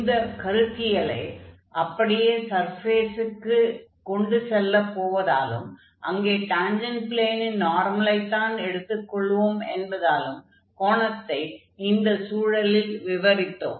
இந்த கருத்தியலை அப்படியே சர்ஃபேஸுக்கு கொண்டு செல்லப் போவதாலும் அங்கே டான்ஜென்ட் ப்ளேனின் நார்மலைத்தான் எடுத்துக் கொள்வோம் என்பதாலும் கோணத்தை அந்த சூழலில் விவரித்தோம்